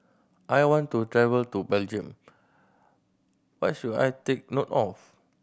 I want to travel to Belgium what should I take note of